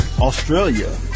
Australia